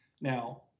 Now